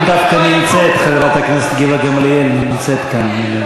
גילה גמליאל, גילה גמליאל.